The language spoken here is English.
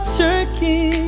turkey